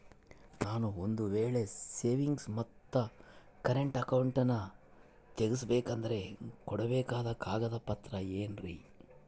ನಾನು ಒಂದು ವೇಳೆ ಸೇವಿಂಗ್ಸ್ ಮತ್ತ ಕರೆಂಟ್ ಅಕೌಂಟನ್ನ ತೆಗಿಸಬೇಕಂದರ ಕೊಡಬೇಕಾದ ಕಾಗದ ಪತ್ರ ಏನ್ರಿ?